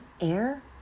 air